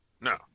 No